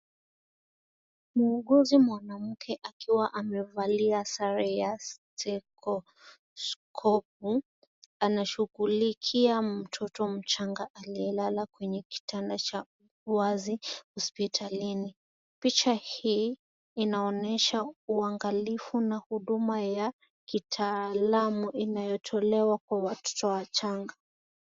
Muuguzi mwamamke akiwa amevaalia sare ya steteskopu, anashughulikia mtoto mchanga aliyelala kwenye kitanda cha huwazi hospilitalini. Picha hii inaonyesha uangalifu na huduma ya kitaalamu inayotolewa kwa watoto wachanga.